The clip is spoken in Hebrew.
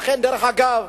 דרך אגב,